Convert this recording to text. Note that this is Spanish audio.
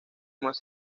más